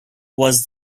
was